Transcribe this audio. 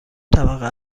طبقه